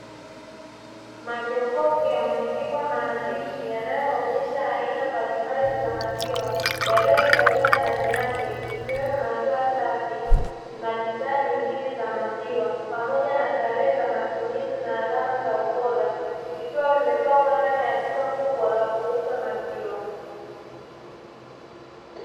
Majokofu yaliyoandikwa maandishi yanayoonyesha aina mbalimbali za maziwa yaliyohifadhiwa ndani yake ikwemo maziwa safi na bidhaa nyingine za maziwa pamoja na tarehe za matumizi na alama za ubora vikiwa vimeoangwa ndani ya duka kubwa la kuuza maziwa.